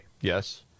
Yes